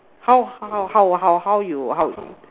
how how how how how you how you